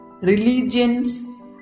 Religions